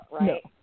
right